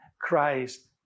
Christ